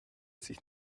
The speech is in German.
sich